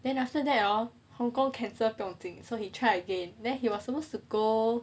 then after that hor hong kong cancel 不用紧 so he tried again then he was supposed to go